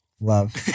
Love